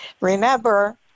remember